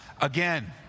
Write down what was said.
again